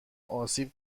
آسیب